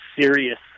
serious